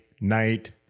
night